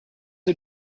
are